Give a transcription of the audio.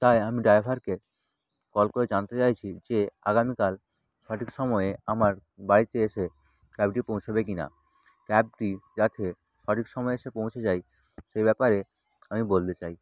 তাই আমি ডাইভারকে কল করে জানতে চাইছি যে আগামীকাল সঠিক সময়ে আমার বাড়িতে এসে ক্যাবটি পৌঁছোবে কি না ক্যাবটি যাতে সঠিক সময় এসে পৌঁছে যায় সে ব্যাপারে আমি বলতে চাই